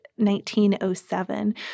1907